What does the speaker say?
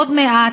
עוד מעט,